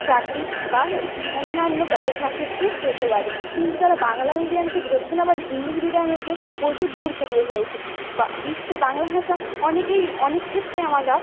চাকরি বা অন্যান্য ব্যবসা ক্ষেত্রে হতে পারে কিন্তু তারা বাংলা মিডিয়ামকে ধরছে না বলে ইংলিশ মিডিয়ামকে প্রচুর গুরুত্ব দিয়ে ফেলছে বিশ্বে বাংলা ভাষা অনেকেই অনেক ক্ষেত্রে আমরা